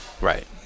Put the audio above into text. Right